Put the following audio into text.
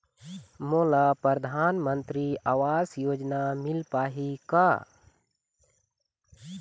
मोला परधानमंतरी आवास योजना मिल पाही का?